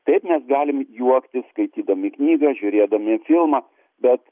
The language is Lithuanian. taip mes galim juoktis skaitydami knygą žiūrėdami filmą bet